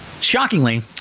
shockingly